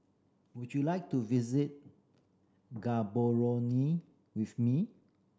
would you like to visit Gaborone with me